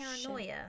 Paranoia